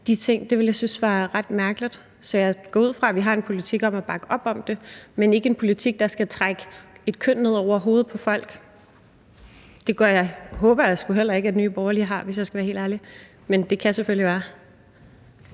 de ting, ville jeg synes var ret mærkeligt. Så jeg går ud fra, at vi har en politik om at bakke op om det, men ikke en politik, der skal trække et køn ned over hovedet på folk. Det håber jeg sgu heller ikke at Nye Borgerlige har, hvis jeg skal være helt ærlig. Men det kan selvfølgelig være.